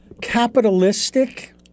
capitalistic